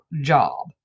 job